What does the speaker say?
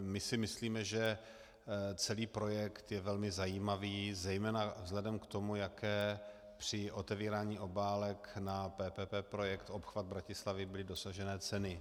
My si myslíme, že celý projekt je velmi zajímavý zejména vzhledem k tomu, jaké při otevírání obálek na PPP projekt obchvat Bratislavy byly dosažené ceny.